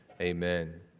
Amen